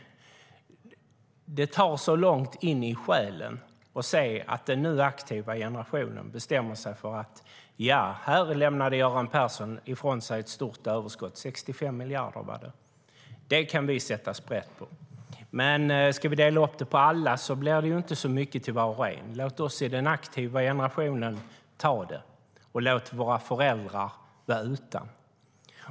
Det rör mig långt in i själen att se att den nu aktiva generationen bestämmer sig för att man kan sätta sprätt på det stora överskott på 65 miljarder som Göran Persson har lämnat ifrån sig. Men om det ska delas upp på alla blir det inte så mycket till var och en. Därför säger man: Låt oss i den aktiva generationen ta det, och låt våra föräldrar vara utan.